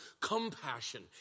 compassion